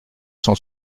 cent